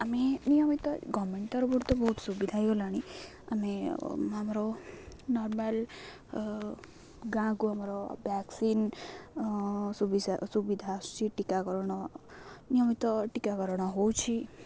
ଆମେ ନିୟମିତ ଗଭର୍ଣ୍ଣମେଣ୍ଟ୍ ତରଫରୁ ତ ବହୁତ ସୁବିଧା ହେଇଗଲାଣି ଆମେ ଆମର ନର୍ମାଲ ଗାଁକୁ ଆମର ଭ୍ୟାକ୍ସିନ୍ ସୁବିଧା ଆସୁଛି ଟୀକାକରଣ ନିୟମିତ ଟୀକାକରଣ ହେଉଛି